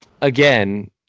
again